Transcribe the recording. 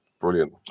brilliant